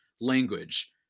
language